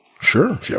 sure